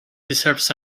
deserves